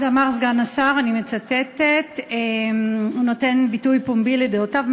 אני מצטטת: הוא נותן ביטוי פומבי לדעותיו,